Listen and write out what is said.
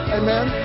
amen